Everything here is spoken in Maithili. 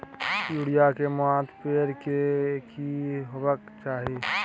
यूरिया के मात्रा परै के की होबाक चाही?